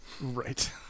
Right